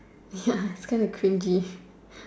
ya it's kind of cringey